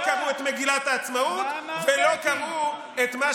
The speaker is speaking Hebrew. לא קראו את מגילת העצמאות ולא קראו את מה